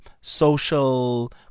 social